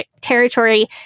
territory